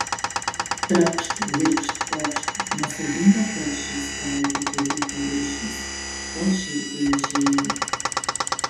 trakšt girgžt pokšt nuo siaubingo karščio skeldi kelių paviršius o aš irgi eižėju